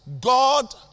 God